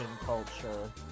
culture